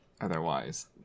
Otherwise